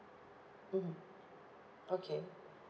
mmhmm okay